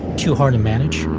too hard to manage.